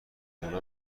اونا